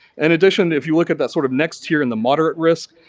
in addition, if you look at that sort of next year in the moderate risk,